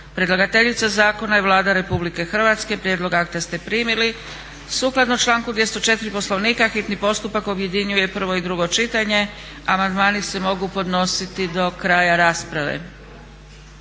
Predlagateljica zakona je Vlada RH. Prijedlog akta ste primili. Sukladno članku 204. Poslovnika hitni postupak objedinjuje prvo i drugo čitanje. Amandmani se mogu podnositi do kraja rasprave.